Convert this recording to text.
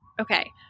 Okay